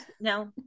No